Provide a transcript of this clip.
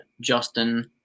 Justin